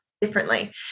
differently